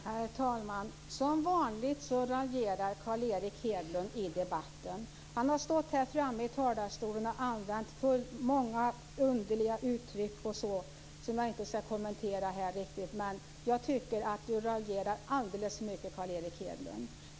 Herr talman! Som vanligt raljerar Carl Erik Hedlund i debatten. Han har stått i talarstolen och använt många underliga uttryck som jag inte skall kommentera. Men jag tycker att Carl Erik Hedlund raljerar alldeles för mycket.